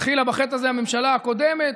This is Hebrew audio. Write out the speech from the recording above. התחילה בחטא הזה הממשלה הקודמת,